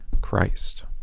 Christ